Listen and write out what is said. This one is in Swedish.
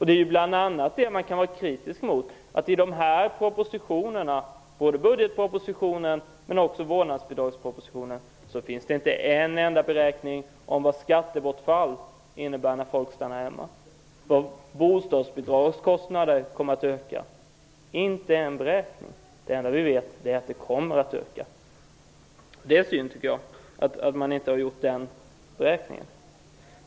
Det man bl.a. kan vara kritisk mot är att det varken i budgetpropositionen eller i propositionen om vårdnadsbidraget finns en enda beräkning på vad det skulle innebära i skattebortfall när folk stannar hemma. Bostadsbidragskostnaderna kommer att öka. Men inte en beräkning! Det enda vi vet är att de kommer att öka. Det är synd att man inte gjort några beräkningar.